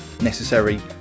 necessary